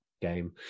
game